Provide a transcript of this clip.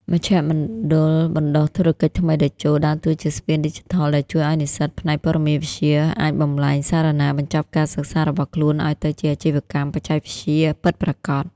មជ្ឈមណ្ឌលបណ្ដុះធុរកិច្ចថ្មី "តេជោ" ដើរតួជាស្ពានឌីជីថលដែលជួយឱ្យនិស្សិតផ្នែកព័ត៌មានវិទ្យា អាចបំប្លែងសារណាបញ្ចប់ការសិក្សារបស់ខ្លួន ឱ្យទៅជាអាជីវកម្មបច្ចេកវិទ្យា ពិតប្រាកដ។